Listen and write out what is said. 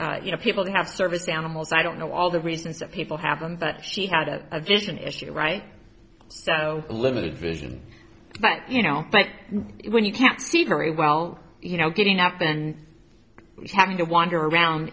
and you know people who have service animals i don't know all the reasons that people happened but she had a vision issue right so limited vision but you know but when you can't see very well you know getting up and having to wander around